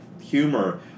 humor